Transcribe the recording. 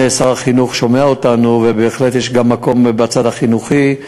שר החינוך שומע אותנו ובהחלט יש גם מקום בצד החינוכי,